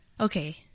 okay